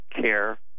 care